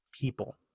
people